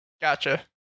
Gotcha